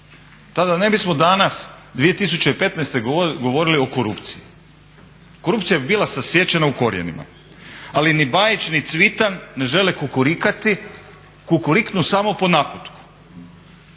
tada ne bismo danas 2015. govorili o korupciji, korupcija bi bila sasječena u korijenima. Ali ni Bajić, ni Cvitan ne žele kukurikati, kukuriknu samo po naputku.